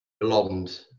blonde